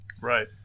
right